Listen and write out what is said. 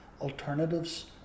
alternatives